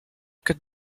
could